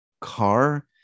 car